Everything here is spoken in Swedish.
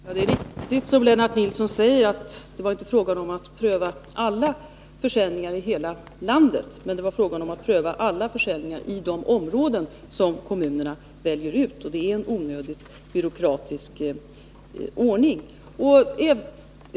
Herr talman! Ja, det är riktigt som Lennart Nilsson säger att det inte var fråga om att pröva alla försäljningar i hela landet. Men det var fråga om att pröva alla försäljningar i de områden som kommunerna väljer ut, och det är en onödigt byråkratisk ordning.